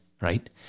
right